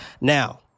now